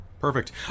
Perfect